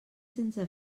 sense